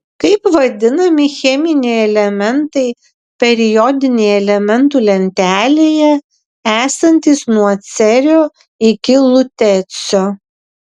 kaip vadinami cheminiai elementai periodinėje elementų lentelėje esantys nuo cerio iki lutecio